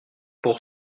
pour